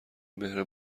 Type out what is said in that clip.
مهر